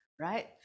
right